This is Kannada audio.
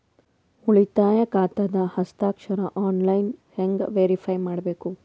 ಉಳಿತಾಯ ಖಾತಾದ ಹಸ್ತಾಕ್ಷರ ಆನ್ಲೈನ್ ಹೆಂಗ್ ವೇರಿಫೈ ಮಾಡಬೇಕು?